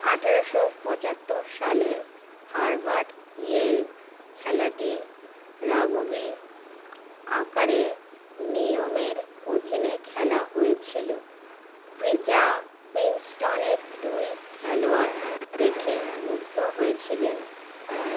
আঠেরোশো পঁচাত্তর সালে হার্ভার্ড ইয়েল খেলাটি রাগবি আকারে নিয়মের অধীনে খেলা হয়েছিল প্রি যা প্রিন্সটনের দুই খেলোয়াড় দেখে মুগ্ধ হয়েছিলেন